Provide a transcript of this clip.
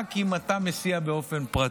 רק אם אתה מסיע באופן פרטי.